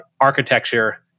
architecture